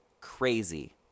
crazy